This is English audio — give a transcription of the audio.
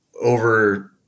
over